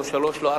לא שלוש שנים,